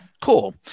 Cool